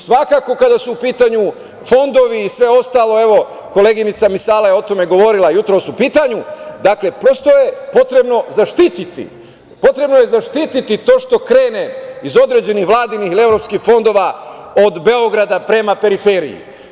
Svakako, kada su u pitanju fondovi i sve ostalo, evo, koleginica Misale je govorila o tome jutros, u pitanju, dakle, prosto je potrebno zašiti to što krene iz određenih vladinih ili evropskih fondova od Beograda prema periferiji.